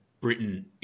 Britain